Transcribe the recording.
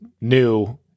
new